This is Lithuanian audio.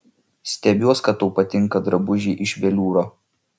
stebiuos kad tau patinka drabužiai iš veliūro